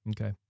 Okay